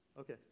Okay